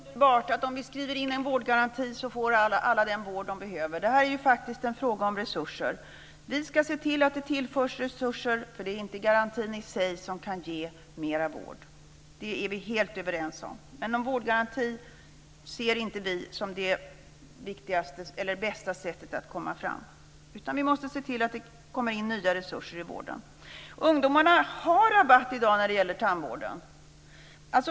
Fru talman! Om det vore så underbart att alla får den vård som de behöver om vi skriver in en vårdgaranti, men det är ju faktiskt en fråga om resurser. Vi ska se till att det tillförs resurser, eftersom det inte är garantin i sig som kan ge mer vård. Det är vi helt överens om. Men någon vårdgaranti ser inte vi som det bästa sättet att komma fram. Vi måste se till att vården tillförs nya resurser. Ungdomarna har i dag rabatt på tandvård.